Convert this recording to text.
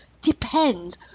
depend